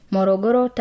Morogoro